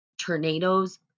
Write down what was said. tornadoes